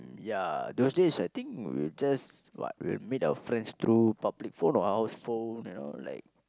ya those days I think we'll just what we'll meet our friends through public phone or house phone you know like